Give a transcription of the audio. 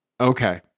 Okay